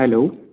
hello